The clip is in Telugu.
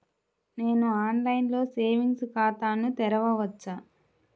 నేను ఆన్లైన్లో సేవింగ్స్ ఖాతాను తెరవవచ్చా?